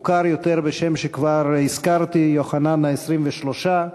המוכר יותר בשם שכבר הזכרתי, יוחנן ה-23.